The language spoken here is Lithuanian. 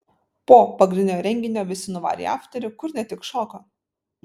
po pagrindinio renginio visi nuvarė į afterį kur ne tik šoko